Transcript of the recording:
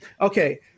Okay